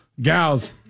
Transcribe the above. gals